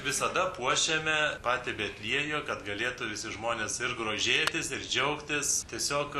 visada puošiame patį betliejų kad galėtų visi žmonės ir grožėtis ir džiaugtis tiesiog